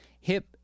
hip